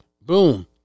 boom